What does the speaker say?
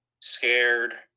scared